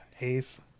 Ace